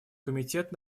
комитет